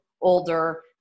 older